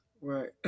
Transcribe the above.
Right